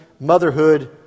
motherhood